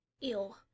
Ew